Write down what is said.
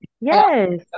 yes